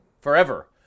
Forever